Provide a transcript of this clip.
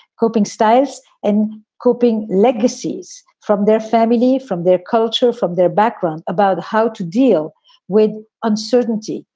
coping styles and coping legacies from their family, from their culture, from their background about how to deal with uncertainty,